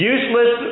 Useless